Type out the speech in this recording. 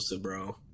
bro